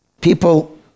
people